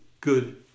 good